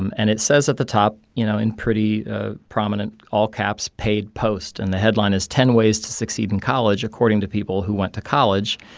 um and it says at the top, you know, in pretty ah prominent all caps, paid post. and the headline is ten ways to succeed in college according to people who went to college.